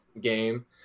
game